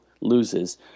loses